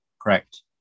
Correct